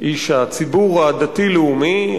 איש הציבור הדתי-לאומי,